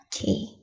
Okay